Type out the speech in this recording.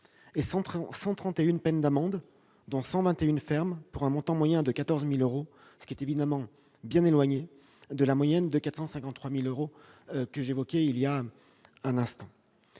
et 131 peines d'amende, dont 121 fermes, pour un montant moyen de 14 000 euros, ce qui est évidemment bien éloigné de la moyenne de 453 000 euros que j'évoquais voilà un instant.